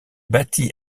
bâti